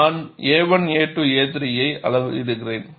நான் a1 a2 a3 ஐ அளவிடுகிறேன்